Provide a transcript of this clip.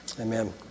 Amen